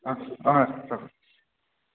হয় ৰাখক